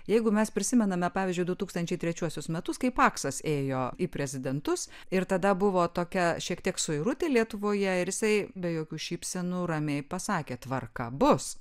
jeigu mes prisimename pavyzdžiui du tūkstančiai trečiuosius metus kai paksas ėjo į prezidentus ir tada buvo tokia šiek tiek suirutė lietuvoje ir jisai be jokių šypsenų ramiai pasakė tvarka bus